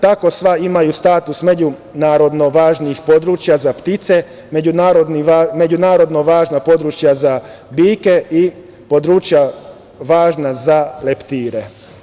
Tako sva imaju status međunarodno važnih područja za ptice, međunarodno važna područja za biljke i područja važna za leptire.